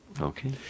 Okay